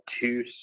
two